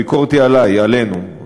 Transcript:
הביקורת היא עלי, עלינו.